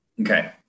Okay